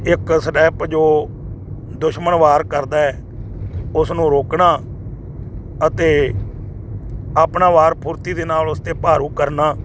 ਇੱਕ ਸਟੈਪ ਜੋ ਦੁਸ਼ਮਣ ਵਾਰ ਕਰਦਾ ਉਸ ਨੂੰ ਰੋਕਣਾ ਅਤੇ ਆਪਣਾ ਵਾਰ ਫੁਰਤੀ ਦੇ ਨਾਲ ਉਸ 'ਤੇ ਭਾਰੂ ਕਰਨਾ